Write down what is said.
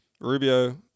Rubio